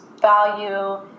value